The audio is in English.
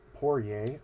Poirier